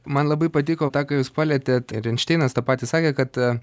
man labai patiko tai ką jūs palietėte ir einšteinas tą patį sakė kad